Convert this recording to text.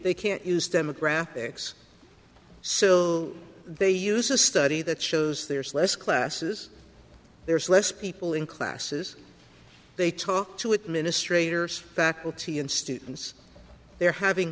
they can't use demographics sill they use a study that shows there's less classes there's less people in classes they talk to administrator faculty and students they're having